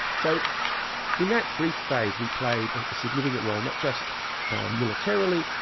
so in that brief phase, we played a significant role, not just militarily,